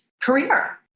career